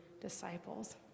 disciples